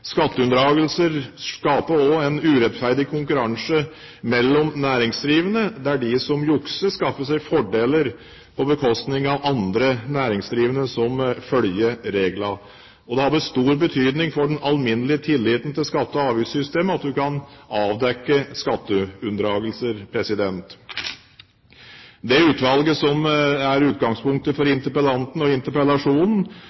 Skatteunndragelser skaper også en urettferdig konkurranse mellom næringsdrivende, der de som jukser, skaffer seg fordeler på bekostning av andre næringsdrivende som følger reglene. Det er av stor betydning for den alminnelige tilliten til skatte- og avgiftssystemet at en kan avdekke skatteunndragelser. Det utvalget som er utgangspunktet for